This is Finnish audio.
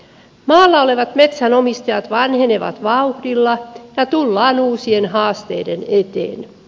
maalla olevat metsänomistajat vanhenevat vauhdilla ja tullaan uusien haasteiden eteen